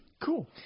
cool